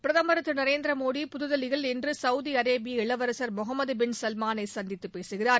பிரதமர் திரு நரேந்திர மோடி புதுதில்லியில் இன்று சவுதி அரேபிய இளவரசர் மொகமத் பின் சல்மானை சந்தித்து பேசுகிறார்